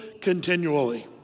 continually